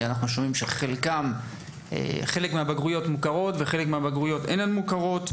אנחנו שומעים שחלק מהבגרויות מוכרות וחלק מהבגרויות אינן מוכרות.